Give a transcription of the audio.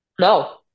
No